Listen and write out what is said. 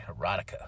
Erotica